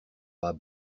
bas